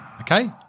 Okay